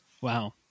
Wow